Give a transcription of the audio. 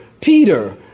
Peter